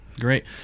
great